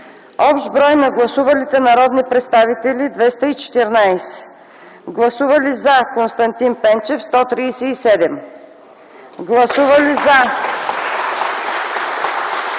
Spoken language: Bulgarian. Общ брой на гласувалите народни представители – 214. Гласували „за” Константин Пенчев – 137. (Ръкопляскания.)